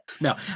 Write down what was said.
No